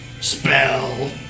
Spell